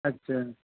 ਅੱਛਾ